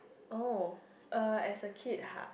oh uh as a kid ha